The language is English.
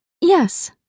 Yes